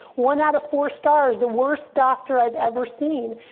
one out of four stars. the worst doctor i've ever seen.